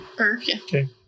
Okay